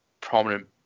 prominent